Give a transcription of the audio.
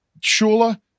shula